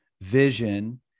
vision